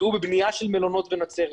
הושקעו בבניית מלונות בנצרת.